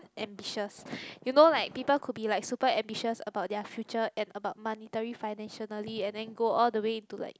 ambitious you know like people could be like super ambitious about their future and about monetary financially and then go all the way to like